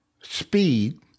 speed